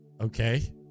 Okay